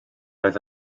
oedd